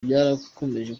byarakomeje